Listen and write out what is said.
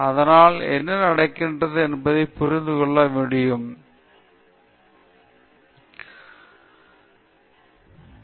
அதனால் என்ன நடக்கிறது என்பதைப் புரிந்து கொள்ள வேண்டும் நீங்கள் சரியானதா அல்லது தவறாகப் போகிறார்களா என்பது புரியவில்லை